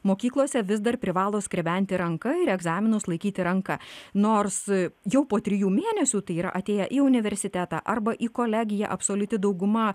mokyklose vis dar privalo skrebenti ranka ir egzaminus laikyti ranka nors jau po trijų mėnesių tai yra atėję į universitetą arba į kolegiją absoliuti dauguma